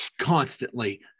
constantly